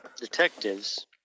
detectives